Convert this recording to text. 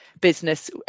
business